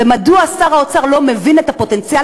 ומדוע שר האוצר לא מבין את הפוטנציאל